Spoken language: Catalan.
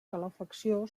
calefacció